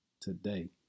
today